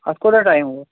اَتھ کوٗتاہ ٹایم ووٚت